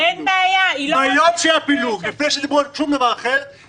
לתת את האופציה לרכוב על ההסדר הכללי הזה,